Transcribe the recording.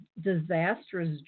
disastrous